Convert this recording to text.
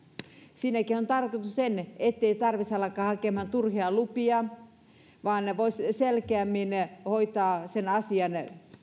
siinäkin on tarkoituksena se ettei tarvitsisi alkaa hakemaan turhia lupia vaan voisi selkeämmin hoitaa sen asian